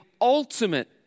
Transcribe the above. ultimate